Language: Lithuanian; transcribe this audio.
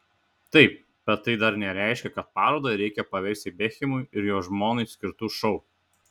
taip bet tai dar nereiškia kad parodą reikia paversti bekhemui ir jo žmonai skirtu šou